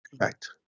Correct